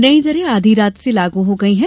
नई दरें आधी रात से लागू हो गई हैं